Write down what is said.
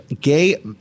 gay